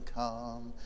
come